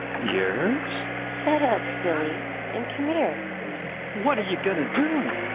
yours shut up silly and come here what are you gonna? do?